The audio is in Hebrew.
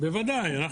בוודאי.